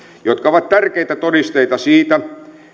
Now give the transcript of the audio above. jotka ovat tärkeitä todisteita siitä